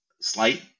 slight